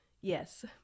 Yes